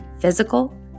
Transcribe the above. physical